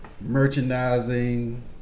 merchandising